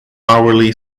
hourly